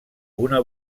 una